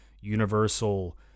universal